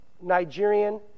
Nigerian